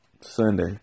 Sunday